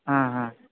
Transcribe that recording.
ಹಾಂ ಹಾಂ